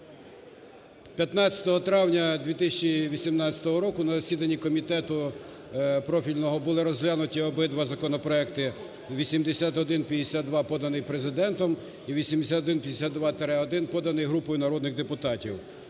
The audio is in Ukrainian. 15 травня 2018 року на засіданні комітету профільного були розглянуті обидва законопроекти: 8152 - поданий Президентом і 8152-1 - поданий групою народних депутатів.